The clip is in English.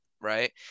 right